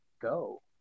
go